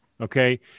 okay